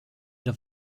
head